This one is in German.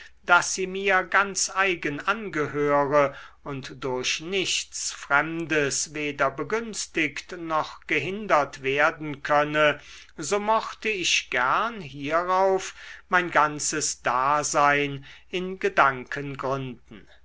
daß sie mir ganz eigen angehöre und durch nichts fremdes weder begünstigt noch gehindert werden könne so mochte ich gern hierauf mein ganzes dasein in gedanken